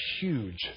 huge